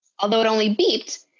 although it only beeped,